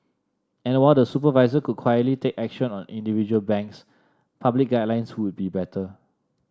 and while the supervisor could quietly take action on individual banks public guidelines would be better